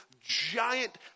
giant